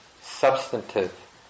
substantive